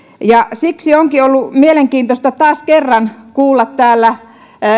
siksi onkin ollut mielenkiintoista taas kerran kuulla täällä